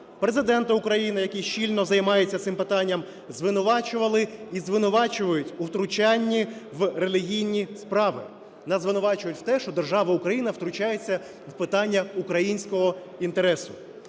Президента України, який щільно займається цим питанням, звинувачували і звинувачують у втручанні в релігійні справи. Нас звинувачують в те, що держава Україна втручається в питання українського інтересу.